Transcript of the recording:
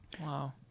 Wow